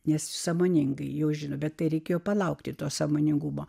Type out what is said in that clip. nes sąmoningai jau žino bet tai reikėjo palaukti to sąmoningumo